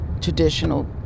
traditional